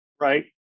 right